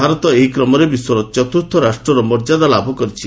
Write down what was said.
ଭାରତ ଏହି କ୍ରମରେ ବିଶ୍ୱର ଚତୁର୍ଥ ରାଷ୍ଟ୍ରର ମର୍ଯ୍ୟାଦା ଲାଭ କରିଛି